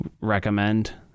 recommend